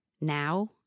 now